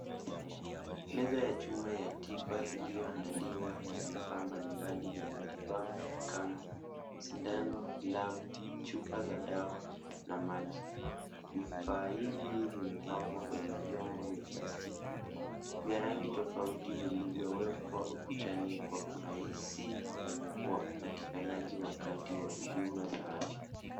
Meza ya chuma ya tiba iliyoandaliwa na vifaa mbalimbali vya matibabu kama sindano, glavu, chupa za dawa, na maji. Vifaa hivi vimepangwa kwenye vyombo vya plastiki, vya rangi tofauti vilivyowekwa ukutani kwa urahisi, wa upatikanaji wakati wa huduma za afya.